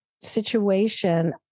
situation